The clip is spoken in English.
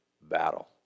battle